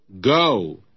Go